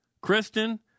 Kristen